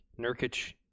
Nurkic